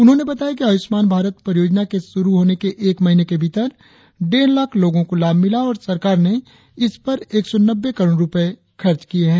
उन्होंने बताया कि आयुष्मान भारत परियोजना के शुरु होने के एक महीने के भीतर डेढ़ लाख़ लोगों को लाभ मिला है और सरकार ने इस पर एक सौ नब्बे करोड़ रुपये वहन किए हैं